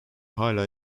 hâlâ